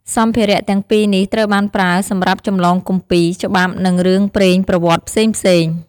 សម្ភារៈទាំងពីរនេះ ត្រូវបានប្រើសម្រាប់ចម្លងគម្ពីរ ច្បាប់ និងរឿងព្រេងប្រវត្តិផ្សេងៗ។